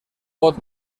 pot